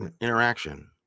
interaction